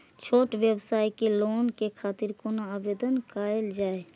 छोट व्यवसाय के लोन के खातिर कोना आवेदन कायल जाय?